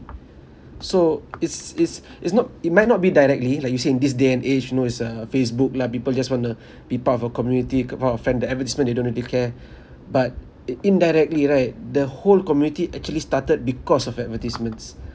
so it's it's it's not it might not be directly like you see in this day and age you know is uh facebook lah people just want to be part of a community a part of fan the advertisement they don't really care but i~ indirectly right the whole community actually started because of advertisements